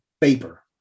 paper